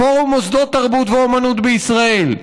פורום מוסדות תרבות ואומנות בישראל,